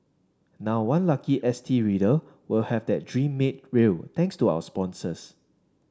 now one lucky S T reader will have that dream made real thanks to our sponsors